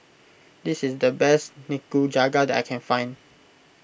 this is the best Nikujaga that I can find